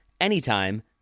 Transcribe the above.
anytime